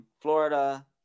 Florida